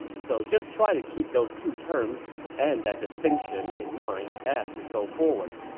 so just try to keep those two terms and that distinction in mind as we go forward